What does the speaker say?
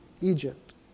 Egypt